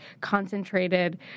concentrated